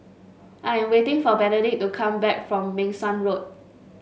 I am waiting for Benedict to come back from Meng Suan Road